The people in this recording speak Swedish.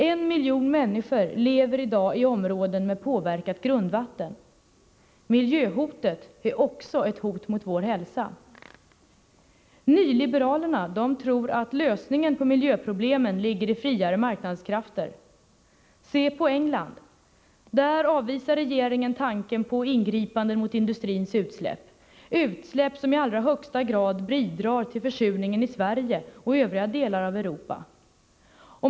En miljon människor lever i dag i områden med påverkat grundvatten. Miljöhotet är också ett hot mot vår hälsa. Nyliberalerna tror att lösningen på miljöproblemen ligger i friare marknadskrafter. Se på England! Där avvisar regeringen tanken på ingripanden mot industrins utsläpp, utsläpp som i hög grad bidrar till försurningen i Sverige och övriga delar av Europa.